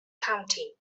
county